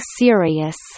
serious